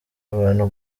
abantu